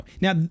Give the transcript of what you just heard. Now